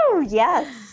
yes